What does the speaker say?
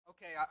Okay